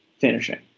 finishing